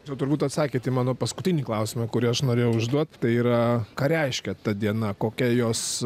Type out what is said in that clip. jau turbūt atsakėt į mano paskutinį klausimą kurį aš norėjau užduoti tai yra ką reiškia ta diena kokia jos